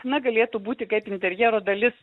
na galėtų būti kaip interjero dalis